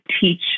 teach